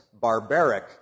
barbaric